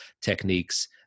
techniques